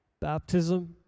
Baptism